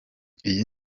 iyi